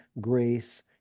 grace